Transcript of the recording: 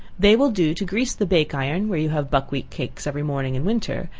they will do to grease the bake-iron where you have buckwheat cakes every morning in winter,